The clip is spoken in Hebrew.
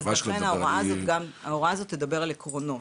ולכן ההוראה הזאת גם תדבר על עקרונות.